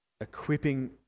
equipping